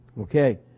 okay